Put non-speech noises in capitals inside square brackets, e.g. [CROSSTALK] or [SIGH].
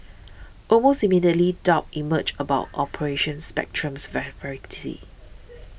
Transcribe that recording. almost immediately doubts emerged about Operation Spectrum's [UNINTELLIGIBLE] veracity